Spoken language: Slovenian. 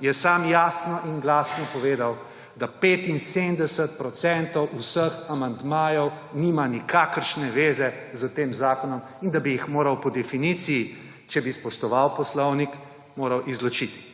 je sam jasno in glasno povedal, da 75 % vseh amandmajev nima nikakršne veze z tem zakonom in da bi jih po definiciji, če bi spoštoval poslovnik, moral izločiti.